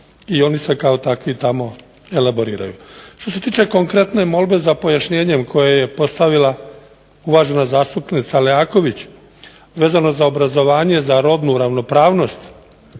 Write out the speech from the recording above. i oni se kao takvi tamo elaboriraju. Što se tiče konkretne molbe za pojašnjenje koje je postavila uvažena zastupnica Leaković vezano za obrazovanje za rodnu ravnopravnost